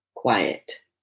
Quiet